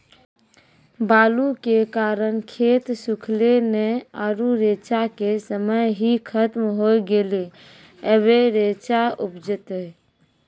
बालू के कारण खेत सुखले नेय आरु रेचा के समय ही खत्म होय गेलै, अबे रेचा उपजते?